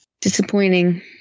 Disappointing